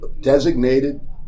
designated